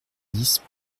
dix